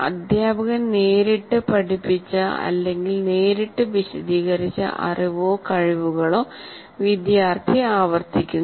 അധ്യാപകൻ നേരിട്ട് പഠിപ്പിച്ച അല്ലെങ്കിൽ നേരിട്ട് വിശദീകരിച്ച അറിവോ കഴിവുകളോ വിദ്യാർത്ഥി ആവർത്തിക്കുന്നു